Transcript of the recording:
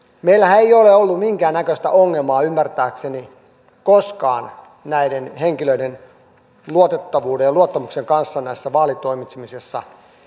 meillähän ei ole ollut minkään näköistä ongelmaa ymmärtääkseni koskaan näiden henkilöiden luotettavuuden ja luottamuksen kanssa näissä vaalitoimitsemisissa